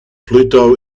pluto